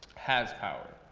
has power,